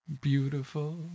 Beautiful